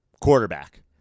quarterback